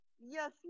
Yes